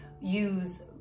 use